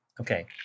Okay